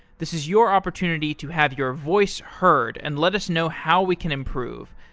this is your opportunity to have your voice heard and let us know how we can improve.